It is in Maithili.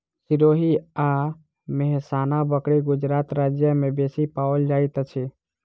सिरोही आ मेहसाना बकरी गुजरात राज्य में बेसी पाओल जाइत अछि